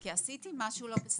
כי עשיתי משהו לא בסדר.